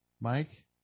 Mike